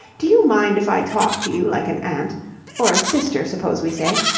do you mind if i talk to you like an aunt or a sister, suppose we say?